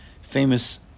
famous